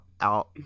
out